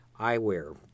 eyewear